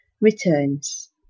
returns